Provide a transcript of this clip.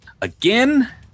again